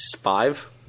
five